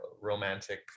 romantic